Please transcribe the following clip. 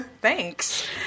thanks